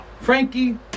Frankie